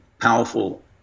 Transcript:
powerful